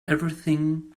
everything